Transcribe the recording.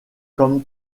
comme